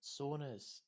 Saunas